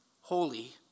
holy